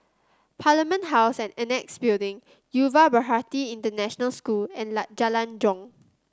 Parliament House and Annexe Building Yuva Bharati International School and Jalan Jong